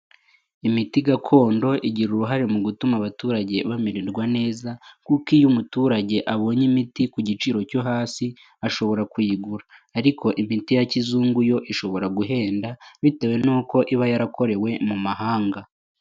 Imiti gakondo igira uruhare mu gutuma abaturage bamererwa neza kuko iyo umuturage abonye imiti ku giciro cyo hasi, ashobora kuyigura ariko imiti ya kizungu yo ishobora guhenda bitewe n'uko iba yarakorewe mu mahanga.